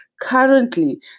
currently